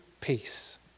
peace